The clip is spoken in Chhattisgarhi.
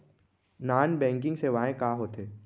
नॉन बैंकिंग सेवाएं का होथे